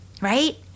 right